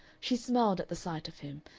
she smiled at the sight of him,